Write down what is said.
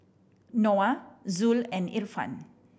Noah Zul and Irfan